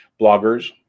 bloggers